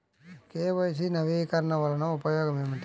KYC నవీకరణ వలన ఉపయోగం ఏమిటీ?